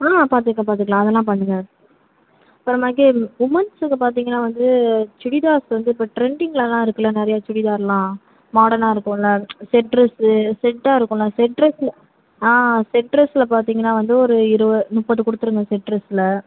ஆ பார்த்துக்கலாம் பார்த்துக்கலாம் அதெல்லாம் பார்த்துக்கலாம் அப்புறமேட்டுக்கு உமன்ஸ் இது பார்த்திங்கன்னா வந்து சுடிதார்ஸ் வந்து இப்போ ட்ரெண்டிங்லலாம் இருக்குல்ல நிறையா சுடிதார்லாம் மாடர்னாக இருக்கும்ல செட் ட்ரெஸ்ஸு செட்டாக இருக்கும்ல செட் ட்ரெஸ்ஸு ஆ செட் ட்ரெஸில் பார்த்திங்கன்னா வந்து இருபது முப்பது கொடுத்துடுங்க செட் ட்ரெஸில்